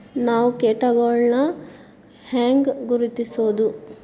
ನಾವ್ ಕೇಟಗೊಳ್ನ ಹ್ಯಾಂಗ್ ಗುರುತಿಸೋದು?